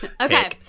Okay